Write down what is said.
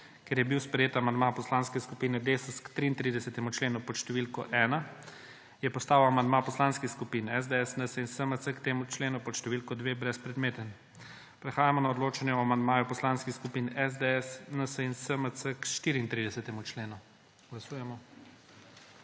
Ker je bil sprejet amandma Poslanske skupine Desus k 33. členu pod številko 1, je postal amandma Poslanskih skupin SDS, NSi in SMC k tem členu pod številko 2 brezpredmeten. Prehajamo na odločanje o amandmaju Poslanskih skupin SDS, NSi in SMC k 34. členu. Glasujemo.